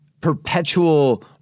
perpetual